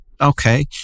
Okay